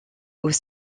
aux